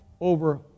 over